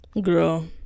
Girl